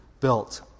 built